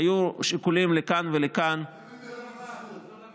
היו שיקולים לכאן ולכאן תן את זה למנסור.